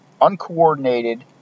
uncoordinated